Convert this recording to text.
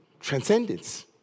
transcendence